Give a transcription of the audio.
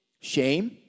shame